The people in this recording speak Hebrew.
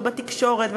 בתקשורת,